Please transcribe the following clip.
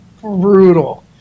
brutal